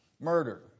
Murder